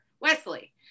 Wesley